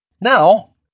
Now